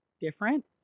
different